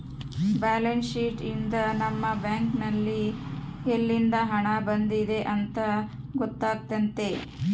balance sheet ಯಿಂದ ನಮ್ಮ bank ನಲ್ಲಿ ಯಲ್ಲಿಂದ ಹಣ ಬಂದಿದೆ ಅಂತ ಗೊತ್ತಾತತೆ